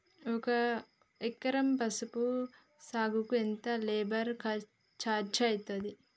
ఒక ఎకరం పసుపు సాగుకు ఎంత లేబర్ ఛార్జ్ అయితది?